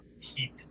heat